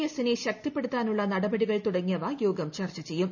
S ്ലെ ശ്രീക്തിപ്പെടുത്താനുള്ള നടപടികൾ തുടങ്ങിയവ യോഗം ച്ർച്ച് ചെയ്യും